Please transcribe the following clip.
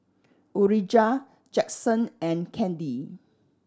Urijah Jaxson and Candi